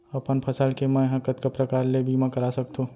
अपन फसल के मै ह कतका प्रकार ले बीमा करा सकथो?